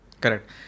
Correct